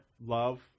love